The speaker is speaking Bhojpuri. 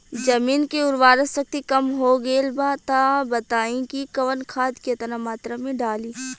जमीन के उर्वारा शक्ति कम हो गेल बा तऽ बताईं कि कवन खाद केतना मत्रा में डालि?